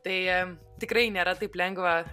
tai tikrai nėra taip lengva